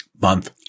month